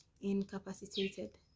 incapacitated